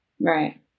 right